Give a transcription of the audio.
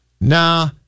Nah